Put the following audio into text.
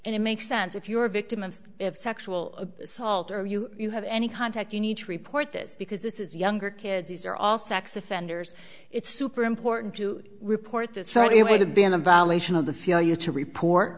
and it makes sense if you're a victim of sexual assault or you you have any contact you need to report this because this is younger kids these are all sex offenders it's super important to report this right it would have been a violation of the feel you to report